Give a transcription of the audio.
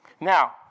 Now